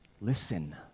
listen